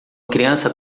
criança